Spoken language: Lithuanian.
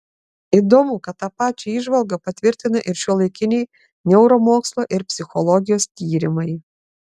įdomu kad tą pačią įžvalgą patvirtina ir šiuolaikiniai neuromokslo ir psichologijos tyrimai